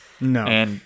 No